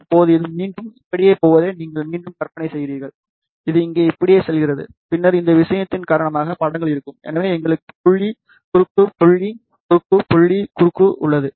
இப்போது இது மீண்டும் இப்படியே போவதை நீங்கள் மீண்டும் கற்பனை செய்கிறீர்கள் இது இங்கே இப்படியே செல்கிறது பின்னர் இந்த விஷயத்தின் காரணமாக படங்கள் இருக்கும் எனவே எங்களுக்கு புள்ளி குறுக்கு புள்ளி குறுக்கு புள்ளி குறுக்கு உள்ளது